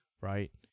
right